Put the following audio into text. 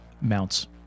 Mounts